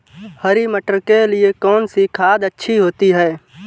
हरी मटर के लिए कौन सी खाद अच्छी होती है?